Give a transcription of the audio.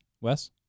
Wes